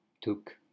took